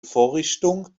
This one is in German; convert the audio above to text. vorrichtung